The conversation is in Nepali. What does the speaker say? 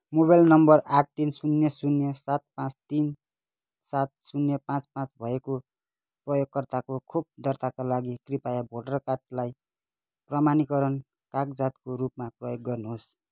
मोबाइल नम्बर आठ तिन शून्य शून्य सात पाँच तिन सात शून्य पाँच पाँच भएको प्रयोगकर्ताको खोप दर्ताका लागि कृपया भोटर कार्डलाई प्रमाणीकरण कागजातको रूपमा प्रयोग गर्नुहोस्